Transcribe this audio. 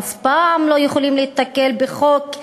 אף פעם לא יכולים להיתקל בה בחוק,